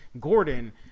Gordon